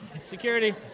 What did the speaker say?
Security